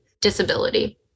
disability